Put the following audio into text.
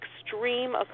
extreme